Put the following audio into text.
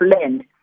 land